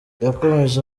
yakomeje